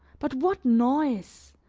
but what noise!